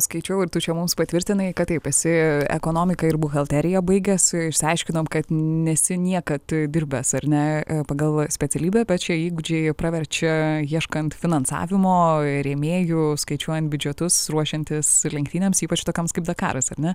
skaičiau ir tu čia mums patvirtinai kad taip esi ekonomiką ir buhalteriją baigęs išsiaiškinom kad nesi niekad dirbęs ar ne pagal specialybę bet šie įgūdžiai praverčia ieškant finansavimo ir rėmėjų skaičiuojant biudžetus ruošiantis lenktynėms ypač tokioms kaip dakaras ar ne